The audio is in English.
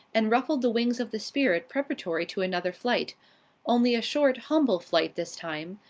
and ruffled the wings of the spirit preparatory to another flight only a short humble flight this time,